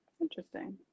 Interesting